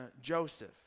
Joseph